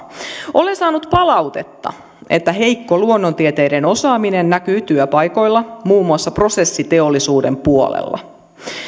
olen saanut palautetta että heikko luonnontieteiden osaaminen näkyy työpaikoilla muun muassa prosessiteollisuuden puolella